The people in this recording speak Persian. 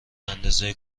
اندازه